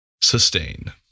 sustain